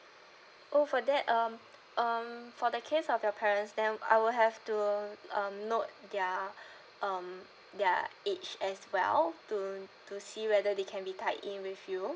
oh for that um um for the case of your parents then I will have to um note their um their age as well to to see whether they can be tied in with you